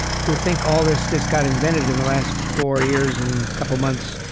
who think all this just got invented in the last four years and couple months.